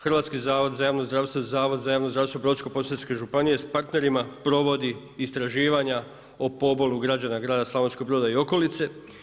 Hrvatski zavod za javno zdravstvo i Zavod za javno zdravstvo Brodsko-posavske županije sa partnerima provodi istraživanja o pobolu građana grada Slavonskog Broda i okolice.